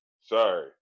Sorry